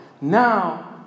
now